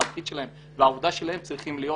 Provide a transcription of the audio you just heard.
התפקיד שלהם והעבודה שלהם צריכים להיות